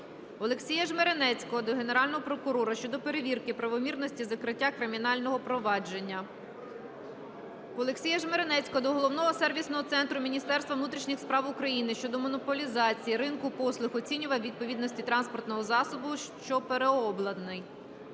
Олексія Жмеренецького до Генерального прокурора щодо перевірки правомірності закриття кримінального провадження. Олексія Жмеренецького до Головного сервісного центру Міністерства внутрішніх справ України щодо монополізації ринку послуг оцінювання відповідності транспортного засобу, що переобладнаний.